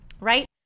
right